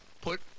put